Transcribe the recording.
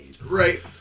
Right